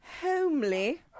homely